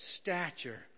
stature